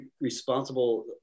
responsible